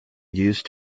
used